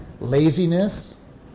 laziness